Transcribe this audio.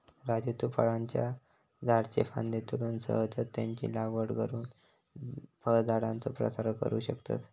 राजू तु फळांच्या झाडाच्ये फांद्ये तोडून सहजच त्यांची लागवड करुन फळझाडांचो प्रसार करू शकतस